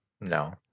No